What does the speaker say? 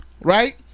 right